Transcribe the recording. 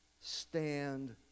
stand